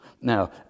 now